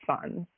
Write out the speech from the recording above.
funds